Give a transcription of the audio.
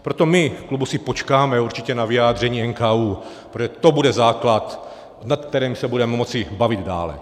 Proto my v klubu si počkáme určitě na vyjádření NKÚ, protože to bude základ, nad kterým se budeme moci bavit dále.